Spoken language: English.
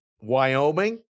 Wyoming